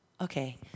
Okay